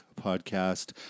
podcast